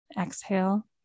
Exhale